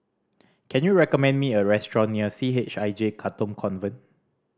can you recommend me a restaurant near C H I J Katong Convent